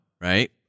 right